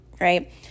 right